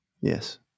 Yes